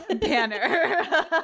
Banner